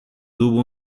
tuvo